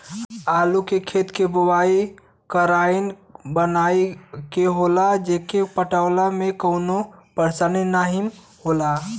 आलू के खेत के बोवाइ क्यारी बनाई के होला जेसे पटवला में कवनो परेशानी नाहीम होला